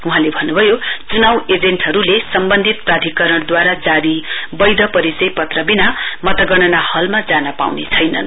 वहाँले भन्नभयो चुनाउ एजेन्टहरुले सम्बन्धित प्रधिकरणदूवारा जारी बैध परिचयपत्र विना मतगणना हलमा जान पाउने छैनन्